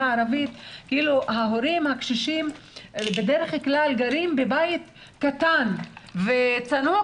הערבית ההורים הקשישים בדרך כלל גרים בבית קטן וצנוע,